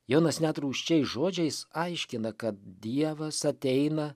jonas net rūsčiais žodžiais aiškina kad dievas ateina